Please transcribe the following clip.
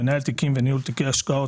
"מנהל תיקים" ו"ניהול תיקי השקעות"